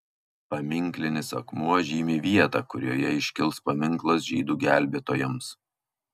paminklinis akmuo žymi vietą kurioje iškils paminklas žydų gelbėtojams